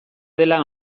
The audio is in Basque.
dela